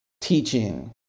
teaching